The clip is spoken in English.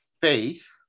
faith